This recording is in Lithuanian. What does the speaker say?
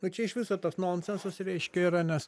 va čia iš viso toks nonsensas reiškia yra nes